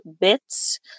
bits